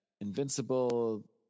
invincible